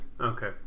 Okay